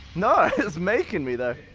no! it's making me, though!